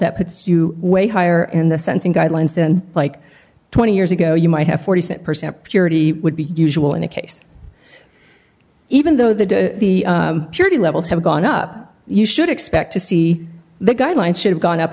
that puts you way higher in the sense of guidelines and like twenty years ago you might have forty percent purity would be usual in a case even though the the purity levels have gone up you should expect to see the guidelines should have gone up